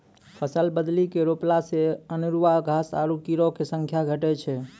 फसल बदली के रोपला से अनेरूआ घास आरु कीड़ो के संख्या घटै छै